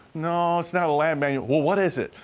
no, it's not a lab manual. well, what is it?